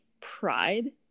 pride